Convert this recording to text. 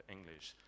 English